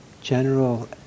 general